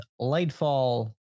Lightfall